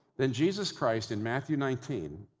then jesus christ, in matthew nineteen,